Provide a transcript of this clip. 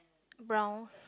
brown